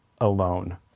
alone